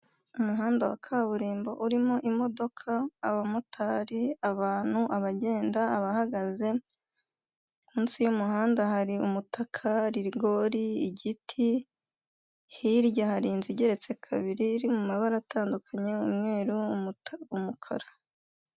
Umuhanda wa kaburimbo urimo imodoka, abamotari, abantu abagenda, abahagaze, munsi y'umuhanda hari umutaka, rigori, igiti, hirya hari inzu igeretse kabiri iri mu mabara atandukanye umweru, umukara.